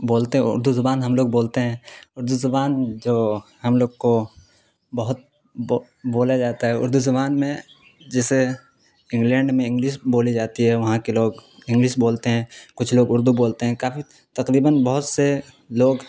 بولتے اردو زبان ہم لوگ بولتے ہیں اردو زبان جو ہم لوگ کو بہت بولا جاتا ہے اردو زبان میں جیسے انگلینڈ میں انگلش بولی جاتی ہے وہاں کے لوگ انگلش بولتے ہیں کچھ لوگ اردو بولتے ہیں کافی تقریباً بہت سے لوگ